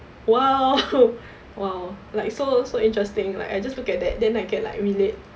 !wow! !wow! like so so interesting like I just look at that then I can like relate